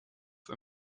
või